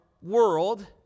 world